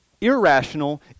irrational